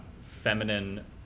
feminine